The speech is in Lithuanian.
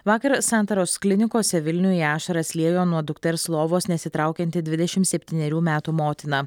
vakar santaros klinikose vilniuje ašaras liejo nuo dukters lovos nesitraukianti dvidešim septynerių metų motina